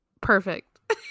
Perfect